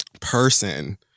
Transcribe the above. person